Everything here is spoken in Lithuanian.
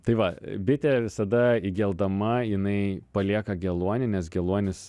tai va bitė visada įgeldama jinai palieka geluonį nes geluonis